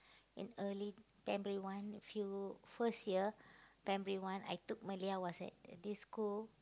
in early primary one few first year primary one I took Malay I was at this school